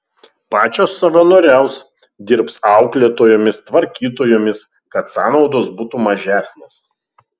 pačios savanoriaus dirbs auklėtojomis tvarkytojomis kad sąnaudos būtų mažesnės